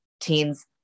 teens